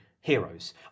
heroes